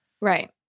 Right